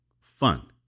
fun